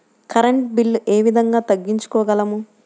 Current bill ఏ విధంగా తగ్గించుకోగలము?